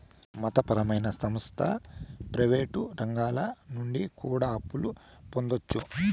మత పరమైన సంస్థ ప్రయివేటు రంగాల నుండి కూడా అప్పులు పొందొచ్చు